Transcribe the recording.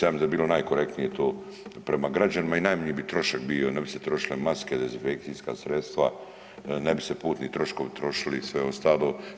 Ja mislim da bi bilo najkorektnije to prema građanima i najmanji bi trošak bio, ne bi se trošile maske, dezinfekcijska sredstva, ne bi se putni troškovi trošili i sve ostalo.